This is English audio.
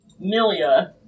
Milia